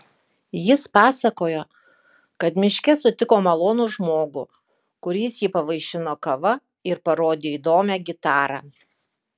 jis pasakojo kad miške sutiko malonų žmogų kuris jį pavaišino kava ir parodė įdomią gitarą